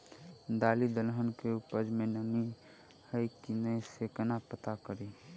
दालि दलहन केँ उपज मे नमी हय की नै सँ केना पत्ता कड़ी?